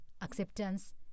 acceptance